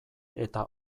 eta